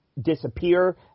disappear